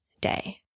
day